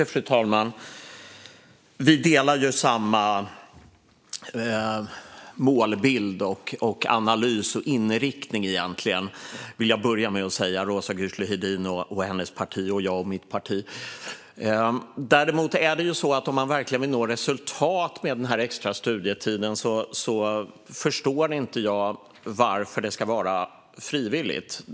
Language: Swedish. Fru talman! Jag vill börja med att säga att Roza Güclü Hedin och hennes parti och jag och mitt parti har samma målbild, analys och inriktning. Men om man verkligen vill nå resultat med den extra studietiden förstår jag inte varför den ska vara frivillig.